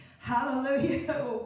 Hallelujah